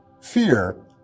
fear